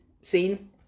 scene